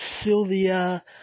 Sylvia